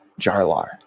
Jarlar